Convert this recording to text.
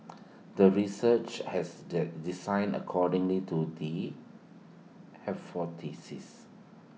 the research has that designed according to the hypothesis